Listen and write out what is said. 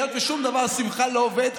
והיות ששום דבר סביבך לא עובד,